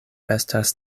estas